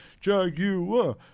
Jaguar